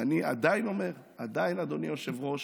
אני עדיין אומר: עדיין, אדוני היושב-ראש,